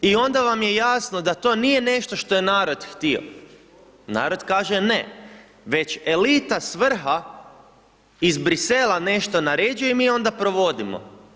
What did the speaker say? I onda vam je jasno da to nije nešto što je narod htio, narod kaže NE, već elita s vrha iz Bruxelles-a nešto naređuje i mi onda provodimo.